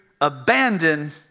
abandon